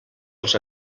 els